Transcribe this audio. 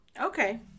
okay